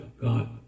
God